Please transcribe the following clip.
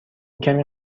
کمی